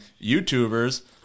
YouTubers